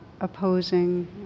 opposing